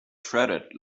shredded